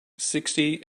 sixty